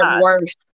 worse